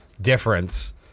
difference